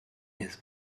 his